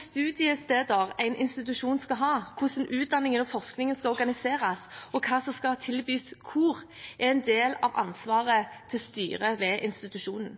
studiesteder en institusjon skal ha, hvordan utdanningen og forskningen skal organiseres, og hva som skal tilbys hvor, er en del av ansvaret til styret ved institusjonen.